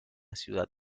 ciudad